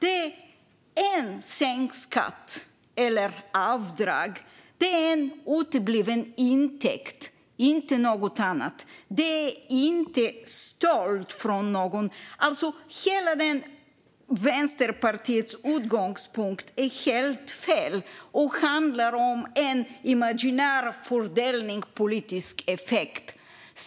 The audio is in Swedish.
Det är en sänkt skatt eller ett avdrag, en utebliven intäkt, inte något annat. Det är inte stöld från någon. Vänsterpartiets utgångspunkt är helt fel och handlar om en imaginär fördelningspolitisk effekt.